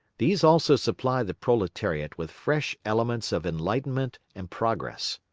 these also supply the proletariat with fresh elements of enlightenment and progress.